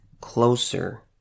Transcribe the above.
closer